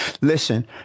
Listen